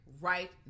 right